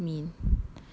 dude that's so mean